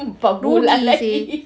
empat bulan lagi